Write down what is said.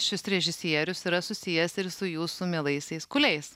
šis režisierius yra susijęs ir su jūsų mielaisiais kūliais